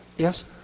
Yes